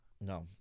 No